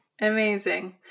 Amazing